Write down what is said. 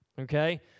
okay